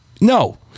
No